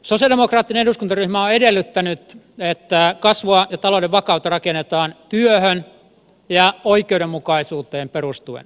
sosialidemokraattinen eduskuntaryhmä on edellyttänyt että kasvua ja talouden vakautta rakennetaan työhön ja oikeudenmukaisuuteen perustuen